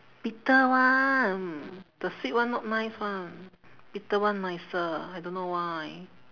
bitter one mm the sweet one not nice [one] bitter one nicer I don't know why